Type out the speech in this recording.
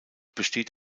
besteht